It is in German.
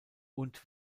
und